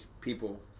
people